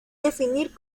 definir